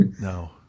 no